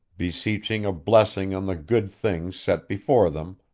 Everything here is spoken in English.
beseeching a blessing on the good things set before them,